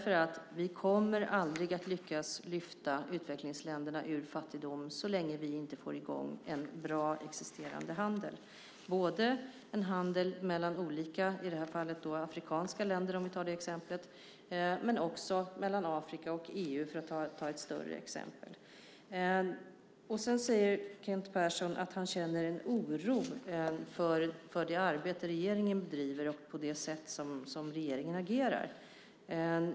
Vi kommer aldrig att lyckas lyfta utvecklingsländerna ur fattigdom så länge vi inte får i gång en bra existerande handel, både en handel mellan afrikanska länder, om vi tar det exemplet, och en handel mellan Afrika och EU, för att ta ett större exempel. Kent Persson säger att han känner oro för det arbete regeringen bedriver och det sätt som regeringen agerar på.